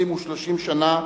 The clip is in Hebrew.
20 ו-30 שנה,